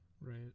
right